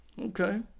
okay